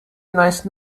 nice